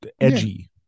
edgy